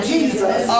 Jesus